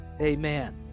Amen